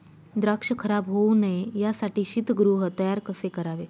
द्राक्ष खराब होऊ नये यासाठी शीतगृह तयार कसे करावे?